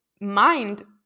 mind